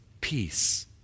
peace